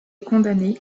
condamné